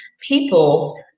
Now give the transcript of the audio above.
people